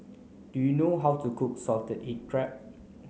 do you know how to cook salted egg crab